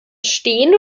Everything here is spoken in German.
stehen